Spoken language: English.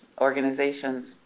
organizations